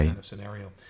scenario